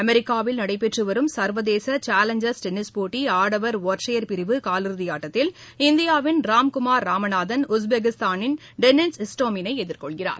அமெரிக்காவில் நடைபெற்றுவரும் சர்வதேசசாலஞ்சர்ஸ் டென்னிஸ் போட்டிஆடவர் ஒற்றையர் பிரிவு காலிறுதிஆட்டத்தில் இந்தியாவின் ராம்குமார் ராமநாதன் இஸ்டோமினைஎதிர்கொள்கிறார்